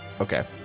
Okay